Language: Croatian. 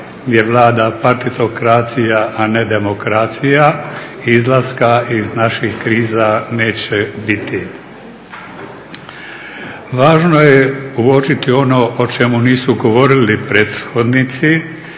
gdje vlada partitokracija, a ne demokracija izlaska iz naših kriza neće biti. Važno je uočiti ono o čemu nisu govorili prethodnici